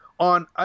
on